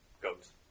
Goats